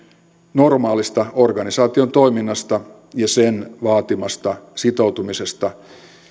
normaalista organisaation toiminnasta ja sen vaatimasta sitoutumisesta